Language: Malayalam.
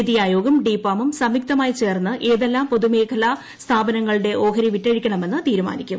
നിതി ആയോഗും ഡിപാമും സംയുക്തമായി ചേർന്ന് ഏതെല്ലാം പൊതുമേഖലാ സ്ഥാപനങ്ങളുടെ ഓഹരി വിറ്റഴിക്കണമെന്ന് തീരുമാനിക്കും